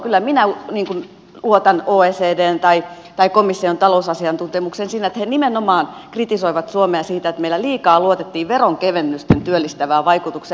kyllä minä luotan oecdn tai komission talousasiantuntemukseen siinä että he nimenomaan kritisoivat suomea siitä että meillä liikaa luotettiin veronkevennysten työllistävään vaikutukseen